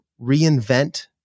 reinvent